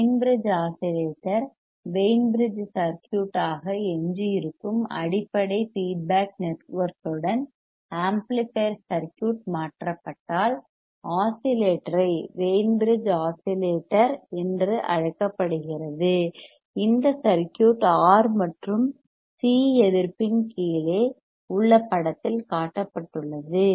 Wien bridge oscillator Wien bridge சர்க்யூட்டாக எஞ்சியிருக்கும் அடிப்படை ஃபீட்பேக் நெட்வொர்க்குடன் ஆம்ப்ளிஃபையர் சர்க்யூட் மாற்றப்பட்டால் ஆஸிலேட்டரை வெய்ன் பிரிட்ஜ் ஆஸிலேட்டர் என்று அழைக்கப்படுகிறது இந்த சர்க்யூட் R மற்றும் C எதிர்ப்பின் கீழே உள்ள படத்தில் காட்டப்பட்டுள்ளது